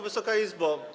Wysoka Izbo!